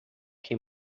que